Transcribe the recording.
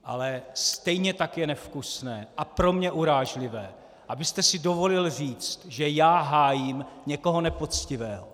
Ale stejně tak je nevkusné a pro mě urážlivé, abyste si dovolil říct, že já hájím někoho nepoctivého.